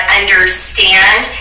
understand